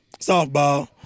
softball